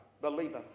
Believeth